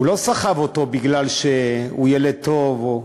הוא לא סחב אותו מפני שהוא ילד טוב או,